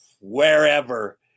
wherever